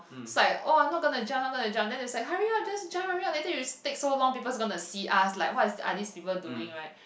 so I oh I'm not gonna jump not gonna jump then they said like hurry up just jump hurry up later you take so long people's gonna see us like what are these people doing right